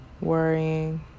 worrying